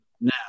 Now